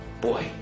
boy